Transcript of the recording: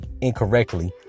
incorrectly